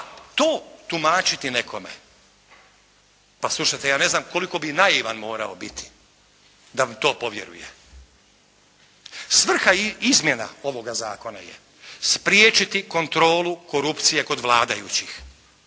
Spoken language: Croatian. to tumačiti nekome. Pa slušajte koliko bi i naivan morao biti da u to povjeruje. Svrha izmjena ovoga zakona je spriječiti kontrolu korupcije kod vladajućih.